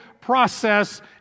process